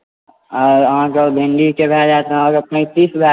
और अहाँ के भिन्डी के पैंतीस भय जायत